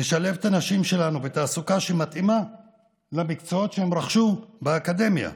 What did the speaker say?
נשלב את הנשים שלנו בתעסוקה שמתאימה למקצועות שהן רכשו באקדמיה.